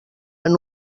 cara